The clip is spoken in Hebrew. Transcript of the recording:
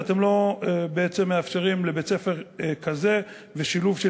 ואתם לא מאפשרים לבית-ספר כזה שילוב של